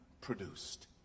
produced